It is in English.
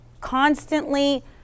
constantly